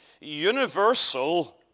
universal